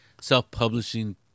self-publishing